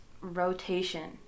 rotation